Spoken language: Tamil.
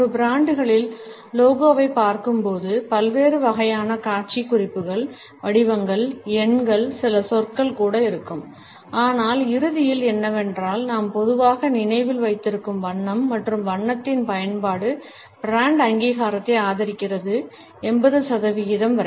ஒரு பிராண்டுகளின் லோகோவைப் பார்க்கும்போது பல்வேறு வகையான காட்சி குறிப்புகள் வடிவங்கள் எண்கள் சில சொற்கள் கூட இருக்கும் ஆனால் இறுதியில் என்னவென்றால் நாம் பொதுவாக நினைவில் வைத்திருக்கும் வண்ணம் மற்றும் வண்ணத்தின் பயன்பாடு பிராண்ட் அங்கீகாரத்தை அதிகரிக்கிறது 80 சதவீதம் வரை